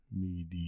medium